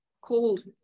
cold